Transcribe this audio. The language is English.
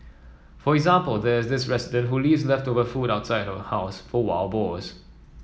for example there is this resident who leaves leftover food outside her house for wild boars